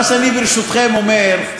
מה שאני, ברשותכם, אומר,